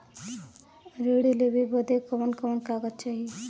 ऋण लेवे बदे कवन कवन कागज चाही?